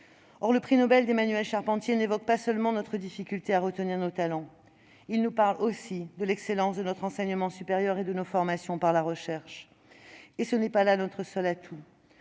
Le prix Nobel d'Emmanuelle Charpentier n'évoque pas seulement notre difficulté à retenir nos talents, il nous parle aussi de l'excellence de notre enseignement supérieur et de nos formations. Et ce n'est pas là notre seul atout